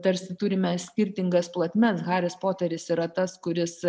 tarsi turime skirtingas plotmes haris poteris yra tas kuris